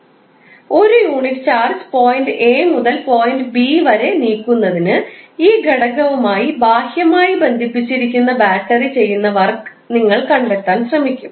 1 unit charge point A മുതൽ point B വരെ വരെ നീക്കുന്നതിന് ഈ ഘടകവുമായി ബാഹ്യമായി ബന്ധിപ്പിച്ചിരിക്കുന്ന ബാറ്ററി ചെയ്യുന്ന വർക്ക് നിങ്ങൾ കണ്ടെത്താൻ ശ്രമിക്കും